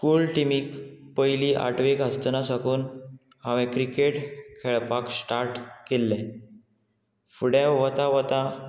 school टिमीक पयली आठवीक आसतना साकून हांवें क्रिकेट खेळपाक स्टार्ट केल्लें फुडें वता वता